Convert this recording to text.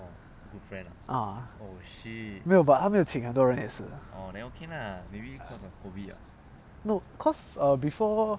ah 没有 but 他没有请很多人也是 no because err before